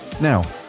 now